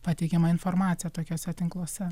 pateikiamą informaciją tokiuose tinkluose